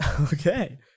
Okay